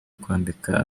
kwambika